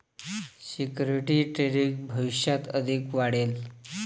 securities trading भविष्यात अधिक वाढेल